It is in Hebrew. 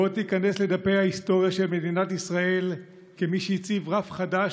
בוא תיכנס לדפי ההיסטוריה של מדינת ישראל כמי שהציב רף חדש,